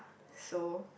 so